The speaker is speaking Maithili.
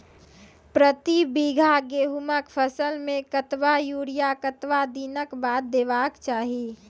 प्रति बीघा गेहूँमक फसल मे कतबा यूरिया कतवा दिनऽक बाद देवाक चाही?